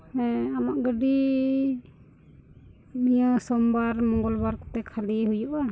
ᱦᱮᱸ ᱟᱢᱟᱜ ᱜᱟᱹᱰᱤ ᱱᱤᱭᱟᱹ ᱥᱳᱢᱵᱟᱨ ᱢᱚᱝᱜᱚᱞᱵᱟᱨ ᱠᱚᱛᱮ ᱠᱷᱟᱹᱞᱤ ᱦᱩᱭᱩᱜᱼᱟ